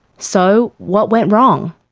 so what went wrong?